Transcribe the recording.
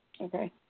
Okay